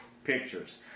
pictures